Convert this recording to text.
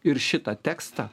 ir šitą tekstą